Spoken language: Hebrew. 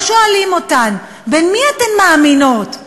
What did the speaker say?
לא שואלים אותן: במי אתן מאמינות,